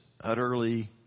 utterly